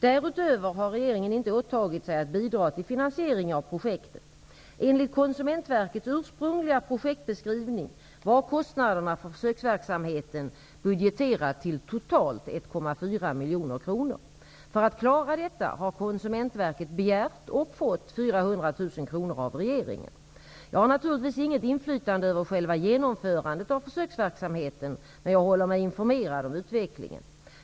Därutöver har regeringen inte åtagit sig att bidra till finansieringen av projektet. Enligt miljoner kronor. För att klara detta har Konsumentverket begärt, och fått, 400 000 kr av regeringen. Jag har naturligtvis inget inflytande över själva genomförandet av försöksverksamheten, men jag håller mig informerad om utvecklingen.